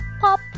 Pop